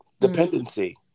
Dependency